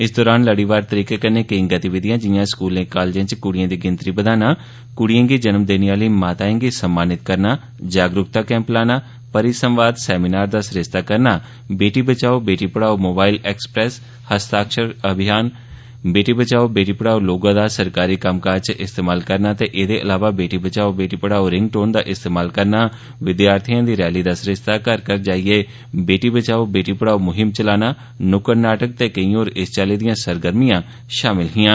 इस दौरान लड़ीवार तरीके कन्नै केईं गतिविधियां जिआं स्कलें कालेजं च क़़़़िएं दी गिनतरी बधाना क़ुड़िएं गी जन्म देने आहली माताएं गी सम्मानित करना जागरूकता कैंप लाना परिसंवाद सेमिनार दा सरिस्ता करना 'बेटी बचाओ बेटी पढ़ाओ' मोबाईल एक्सप्रेस हस्ताक्षर अभियान बेटी बचाओ बेटी पढ़ाओ लोगो दा सरकारी कम्मकाज च इस्तेमाल करना ते एहदे अलावा बेटी बचाओ बेटी पढ़ाओ रिंग टोन दा इस्तेमाल करना विद्यार्थिएं दी रैली दा सरिस्ता घर घर जाइयै बेटी बचाओ बेटी पढ़ाओ मुहिम चलाना नुक्कड़ नाटक ते केई होर इस चाल्ली दिआं सरगर्मियां शामल हिआं